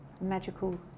magical